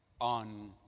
on